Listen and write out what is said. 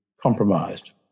compromised